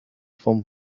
vom